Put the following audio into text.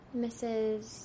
Mrs